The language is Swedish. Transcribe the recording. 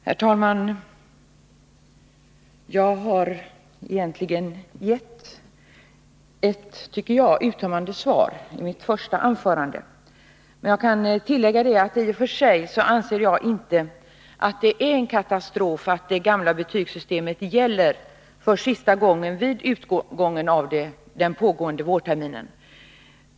Herr talman! Jag gav egentligen ett enligt min mening uttömmande svar i mitt första anförande. Men jag kan tillägga att jag inte anser att det i och för sig är en katastrof att det gamla betygssystemet gäller för sista gången vid utgången av den pågående vårterminen.